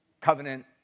covenant